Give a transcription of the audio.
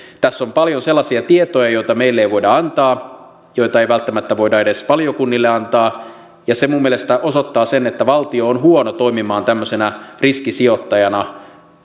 tässä on paljon sellaisia tietoja joita meille ei voida antaa joita ei välttämättä voida edes valiokunnille antaa ja se minun mielestäni osoittaa sen että valtio on huono toimimaan tämmöisenä riskisijoittajana